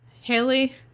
Haley